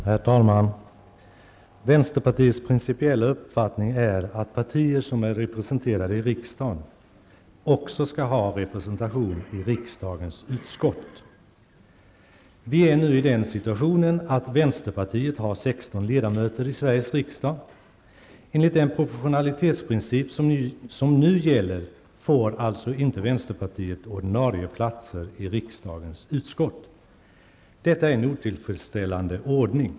Herr talman! Vänsterpartiets principiella uppfattning är att partier som är representerade i riksdagen också skall ha representation i riksdagens utskott. Vi är nu i den situationen att vänsterpartiet har 16 ledamöter i Sveriges riksdag. Enligt den proportionalitetsprincip som nu gäller får inte vänsterpartiet ordinarie platser i riksdagens utskott. Detta är en otillfredsställande ordning.